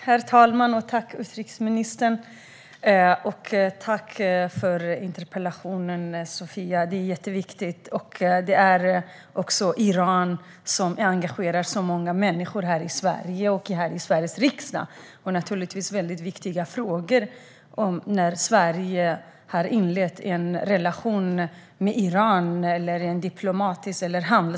Herr talman! Tack, utrikesministern, och tack, Sofia, för interpellationen! Den är jätteviktig, och det är viktigt att Iran engagerar många människor här i Sverige och i Sveriges riksdag. Naturligtvis är detta viktiga frågor när nu Sverige har inlett en diplomatisk relation eller en handelsrelation med Iran.